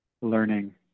learning